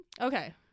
Okay